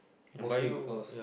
mostly because